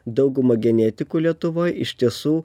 dauguma genetikų lietuvoj iš tiesų